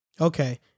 Okay